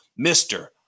Mr